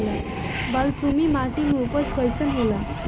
बालसुमी माटी मे उपज कईसन होला?